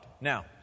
Now